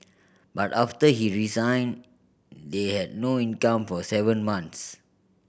but after he resigned they had no income for seven months